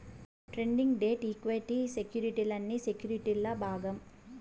trading, debt, equity సెక్యుర్టీలన్నీ సెక్యుర్టీల్ల భాగం